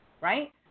right